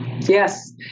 yes